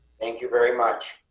thank you very much.